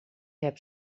heb